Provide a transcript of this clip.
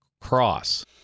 cross